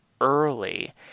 early